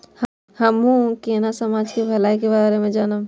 हमू केना समाज के भलाई के बारे में जानब?